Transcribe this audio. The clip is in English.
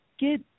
get